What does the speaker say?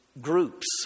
groups